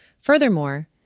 Furthermore